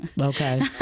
Okay